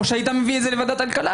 או שהיית מביא את זה לוועדת הכלכלה,